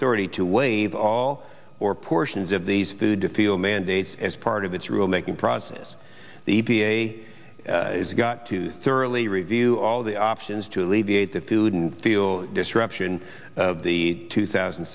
thirty to waive all or portions of these food to feel mandates as part of its rule making process the e p a has got to thoroughly review all the options to alleviate the food and feel disruption of the two thousand